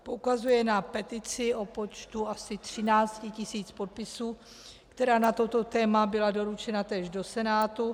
Poukazuje na petici o počtu asi 13 tisíc podpisů, která na toto téma byla doručena též do Senátu.